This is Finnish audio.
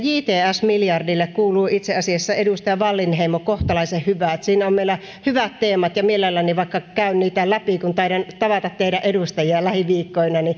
jts miljardille kuuluu itse asiassa edustaja wallinheimo kohtalaisen hyvää siinä on meillä hyvät teemat ja mielelläni vaikka käyn niitä läpi kun taidan tavata teidän edustajia lähiviikkoina